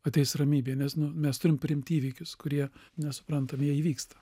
ateis ramybė nes mes turim priimti įvykius kurie nesuprantami jie įvyksta